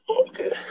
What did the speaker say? okay